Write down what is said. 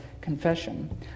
confession